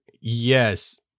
Yes